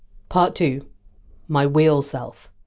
part two my wheel self